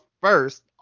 first